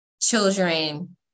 children